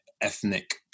ethnic